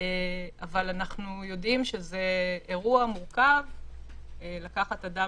אנחנו יודעים שזה אירוע מורכב לקחת אדם